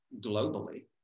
globally